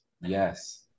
Yes